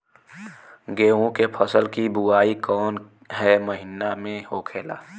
गेहूँ के फसल की बुवाई कौन हैं महीना में होखेला?